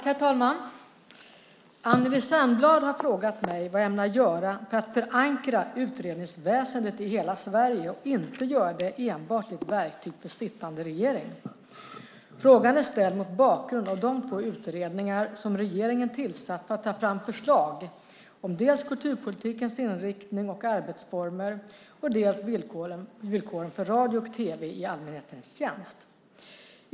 Herr talman! Anneli Särnblad har frågat mig vad jag ämnar göra för att förankra utredningsväsendet i hela Sverige och inte göra det enbart till ett verktyg för sittande regering. Frågan är ställd mot bakgrund av de två utredningar som regeringen tillsatt för att ta fram förslag om dels kulturpolitikens inriktning och arbetsformer, dels villkoren för radio och tv i allmänhetens tjänst.